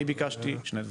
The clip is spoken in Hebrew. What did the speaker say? אני ביקשתי שני דברים.